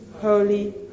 holy